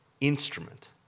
instrument